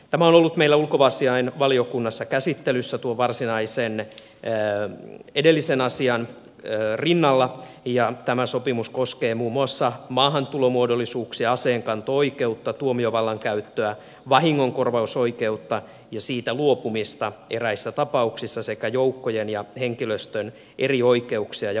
tämä on ollut meillä ulkoasiainvaliokunnassa käsittelyssä tuon varsinaisen edellisen asian rinnalla ja tämä sopimus koskee muun muassa maahantulomuodollisuuksia aseenkanto oikeutta tuomiovallan käyttöä vahingonkorvausoikeutta ja siitä luopumista eräissä tapauksissa sekä joukkojen ja henkilöstön eri oikeuksia ja vapauksia